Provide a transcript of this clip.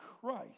Christ